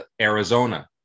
Arizona